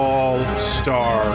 All-Star